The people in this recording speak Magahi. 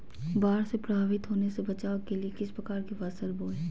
बाढ़ से प्रभावित होने से बचाव के लिए किस प्रकार की फसल बोए?